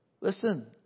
listen